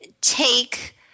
take